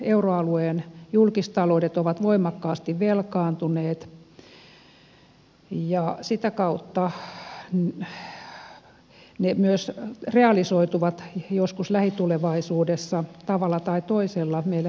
euroalueen julkistaloudet ovat voimakkaasti velkaantuneet ja sitä kautta se myös realisoituu joskus lähitulevaisuudessa tavalla tai toisella meidän maksettavaksemme